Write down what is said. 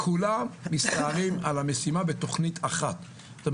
מסתערים על המשימה בתוכנית אחת - כולם.